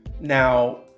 Now